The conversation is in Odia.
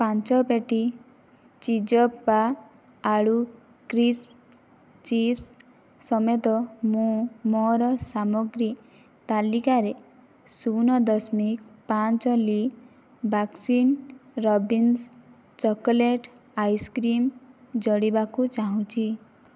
ପାଞ୍ଚ ପେଟି ଚିଜ୍ ଆଳୁ କ୍ରିସ୍ପ୍ ଚି଼ପ୍ସ ସମେତ ମୁଁ ମୋର ସାମଗ୍ରୀ ତାଲିକାରେ ଶୁନ ଦଶମିକ ପାଞ୍ଚ ଲି ବାସ୍କିନ୍ ରବିନ୍ସ ଚକୋଲେଟ୍ ଆଇସ୍କ୍ରିମ୍ ଯୋଡ଼ିବାକୁ ଚାହୁଁଛି